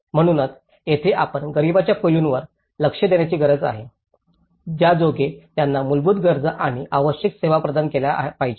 म्हणूनच येथे आपण गरिबीच्या पैलूवर लक्ष देण्याची गरज आहे ज्यायोगे त्यांना मूलभूत गरजा आणि आवश्यक सेवा प्रदान केल्या पाहिजेत